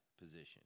position